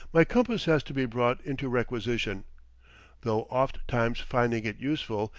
my compass has to be brought into requisition though oft-times finding it useful,